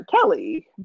Kelly